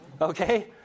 okay